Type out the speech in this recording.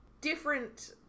different